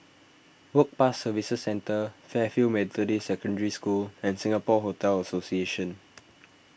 Work Pass Services Centre Fairfield Methodist Secondary School and Singapore Hotel Association